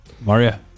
Mario